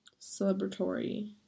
celebratory